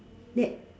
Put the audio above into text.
they